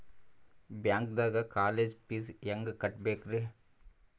ಬ್ಯಾಂಕ್ದಾಗ college fees ಹೆಂಗ್ ಕಟ್ಟ್ಬೇಕ್ರಿ?